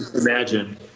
imagine